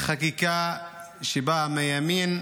חקיקה שבאה מהימין,